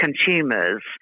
consumers